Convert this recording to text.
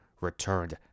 returned